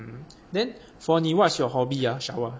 hmm then for 你 what's your hobby uh